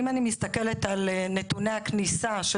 אם אני מסתכלת על נתוני הכניסה של